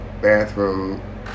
bathroom